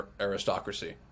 aristocracy